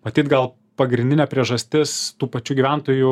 matyt gal pagrindinė priežastis tų pačių gyventojų